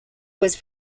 was